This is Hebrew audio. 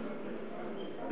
מגיע